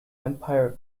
empire